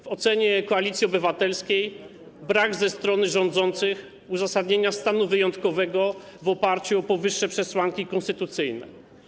W ocenie Koalicji Obywatelskiej brakuje ze strony rządzących uzasadnienia stanu wyjątkowego w oparciu o powyższe przesłanki konstytucyjne.